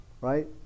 Right